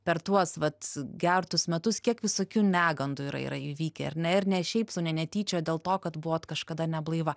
per tuos vat gertus metus kiek visokių negandų yra yra įvykę ar ne ir ne šiaip sau ne netyčia dėl to kad buvot kažkada neblaiva